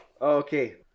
okay